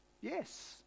Yes